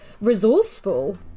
resourceful